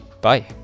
bye